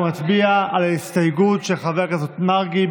אנחנו נצביע על ההסתייגות של חבר הכנסת מרגי.